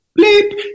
bleep